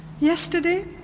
Yesterday